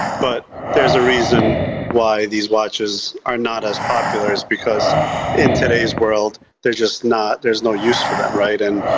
but there's a reason why these watches are not as popular. because in today's world, there's just not, there's no use for that, right? and